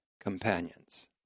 companions